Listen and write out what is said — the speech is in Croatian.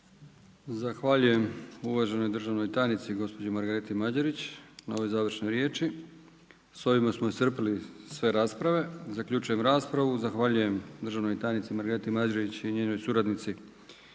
Zahvaljujem uvaženoj državnoj tajnici gospođi Margareti Mađerić na ovoj završnoj riječi. Sa ovime smo iscrpili sve rasprave. Zaključujem raspravu. Zahvaljujem državnoj tajnici Margareti Mađerić i njenoj suradnici